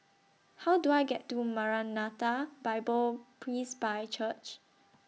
How Do I get to Maranatha Bible Presby Church